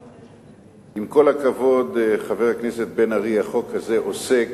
עם כל הכבוד, חבר הכנסת בן-ארי, החוק הזה עוסק